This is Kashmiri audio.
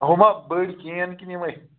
ہُم ہا بٔڈۍ کین کِنہٕ یِمَے